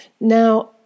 Now